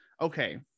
Okay